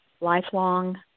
lifelong